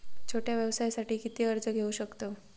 छोट्या व्यवसायासाठी किती कर्ज घेऊ शकतव?